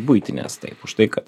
buitinės taip už tai kad